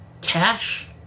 Cash